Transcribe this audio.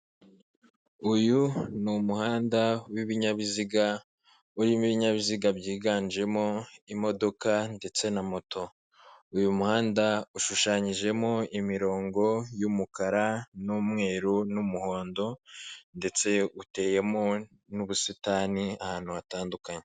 Uyu ni umuhanda w'ibinyabiziga urimo ibinyabiziga byiganjemo imodoka ndetse na moto. uyu muhanda ushushanyijemo imirongo y'umukara n'umweru n'umuhondo, ndetse uteyemo n'ubusitani ahantu hatandukanye.